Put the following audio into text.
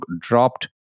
dropped